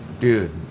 Dude